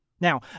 Now